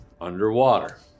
underwater